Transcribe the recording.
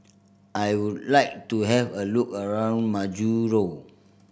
I would like to have a look around Majuro